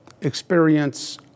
experience